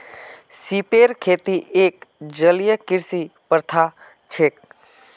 सिपेर खेती एक जलीय कृषि प्रथा छिके